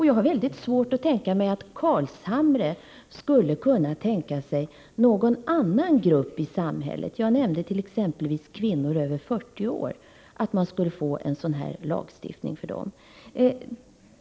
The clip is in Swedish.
Jag har väldigt svårt att tro att Carlshamre skulle kunna tänka sig att man för någon annan grupp i samhället — jag nämnde exempelvis kvinnor över 40 år — skulle införa en sådan här lagstiftning.